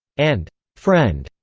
and friend.